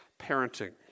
parenting